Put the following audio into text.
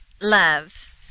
love